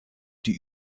die